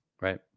Right